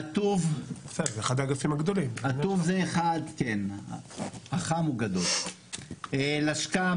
אטו"ב זה 1. לשכ"מ,